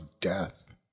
death